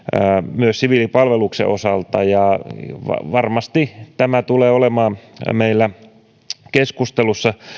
myös siviilipalveluksen osalta varmasti meillä tulee olemaan keskustelussa